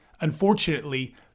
Unfortunately